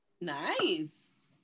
nice